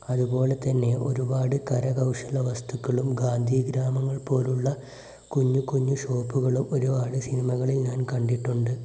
അതുപോലെതന്നെ ഒരുപാട് കരകൗശല വസ്തുക്കളും ഗാന്ധിഗ്രാമങ്ങൾ പോലെയുള്ള കുഞ്ഞു കുഞ്ഞു ഷോപ്പുകളും ഒരുപാട് സിനിമകളിൽ ഞാൻ കണ്ടിട്ടുണ്ട്